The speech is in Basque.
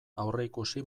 aurreikusi